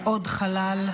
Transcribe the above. עוד חלל.